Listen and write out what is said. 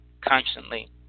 Constantly